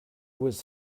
was